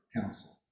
Council